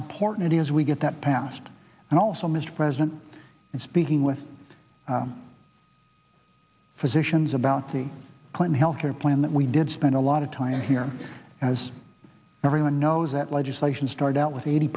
important it is we get that passed and also mr president in speaking with physicians about the point health care plan that we did spend a lot of time here as everyone knows that legislation started out with eighty